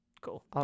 Cool